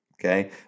Okay